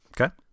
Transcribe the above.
Okay